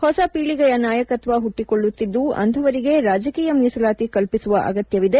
ಹೊಸ ಪೀಳಿಗೆಯ ನಾಯಕತ್ನ ಹುಟ್ಟಿಕೊಳ್ಳುತ್ತಿದ್ದು ಅಂಥವರಿಗೆ ರಾಜಕೀಯ ಮೀಸಲಾತಿ ಕಲ್ಸಿಸುವ ಅಗತ್ಯವಿದೆ